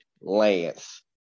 Lance